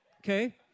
okay